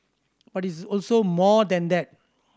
but it is also more than that